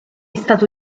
stato